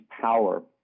power